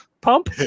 pump